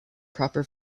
proper